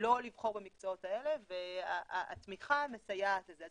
לא לבחור במקצועות האלה והתמיכה מסייעת לזה.